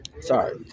sorry